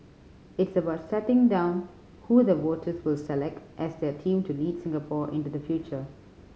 it's about setting down who the voters will select as their team to lead Singapore into the future